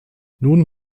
nun